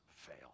fail